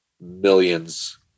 millions